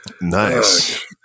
Nice